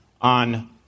on